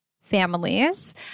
families